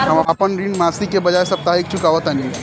हम अपन ऋण मासिक के बजाय साप्ताहिक चुकावतानी